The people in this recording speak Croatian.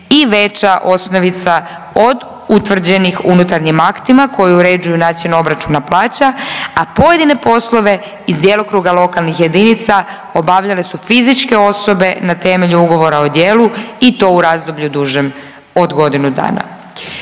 i veća osnovica od utvrđenih unutarnjim aktima koji uređuju način obračuna plaća, a pojedine poslove iz djelokruga lokalnih jedinica obavljale su fizičke osobe na temelju ugovora o djelu i to u razdoblju dužem od godinu dana.